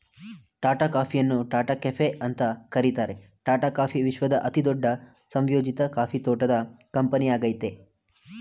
ಟಾಟಾ ಕಾಫಿಯನ್ನು ಟಾಟಾ ಕೆಫೆ ಅಂತ ಕರೀತಾರೆ ಟಾಟಾ ಕಾಫಿ ವಿಶ್ವದ ಅತಿದೊಡ್ಡ ಸಂಯೋಜಿತ ಕಾಫಿ ತೋಟದ ಕಂಪನಿಯಾಗಯ್ತೆ